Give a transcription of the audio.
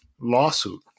lawsuit